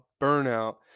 burnout